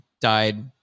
died